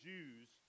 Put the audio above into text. Jews